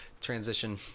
transition